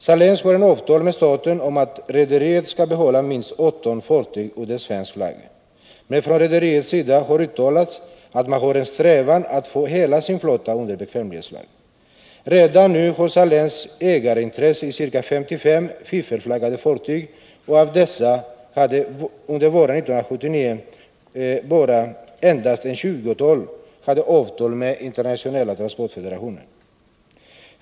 Saléns har ett avtal med staten om att rederiet skall behålla minst 18 fartyg under svensk flagg, men från rederiets sida har uttalats att man har en strävan att få hela sin flotta under bekvämlighetsflagg. Redan nu har Saléns ägarintresse i ca 55 fiffelflaggade fartyg. Avtal med den internationella transportfederationen förelåg våren 1979 endast för ett 20-tal av dessa.